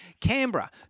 Canberra